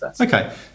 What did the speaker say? Okay